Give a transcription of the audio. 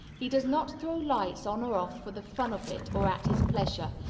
he does not throw lights on or off for the fun of it or at his pleasure,